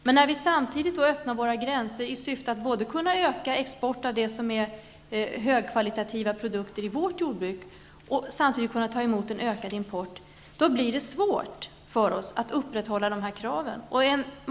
Men när vi öppnar våra gränser i syfte att kunna öka exporten av högkvalitativa produkter från vårt jordbruk och samtidigt kunna ta emot en ökad import, då blir det svårt för oss att upprätthålla dessa krav.